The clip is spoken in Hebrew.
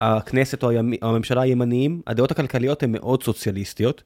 הכנסת או הממשלה הימניים הדעות הכלכליות הן מאוד סוציאליסטיות